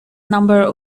number